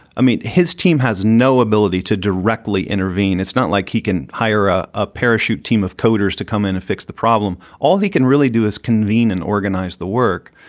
i mean, his team has no ability to directly intervene. it's not like he can hire a ah parachute team of coders to come in and fix the problem. all he can really do is convene and organize the work.